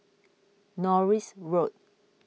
Norris Road